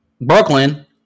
Brooklyn